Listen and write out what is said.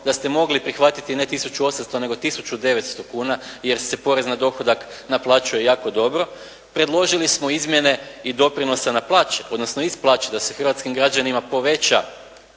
da ste mogli prihvatiti ne 1800 nego 1900 kuna jer se porez na dohodak naplaćuje jako dobro. Predložili smo izmjene i dopirnosa na plaće odnosno iz plaće da se hrvatskim građanima poveća